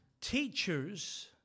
Teachers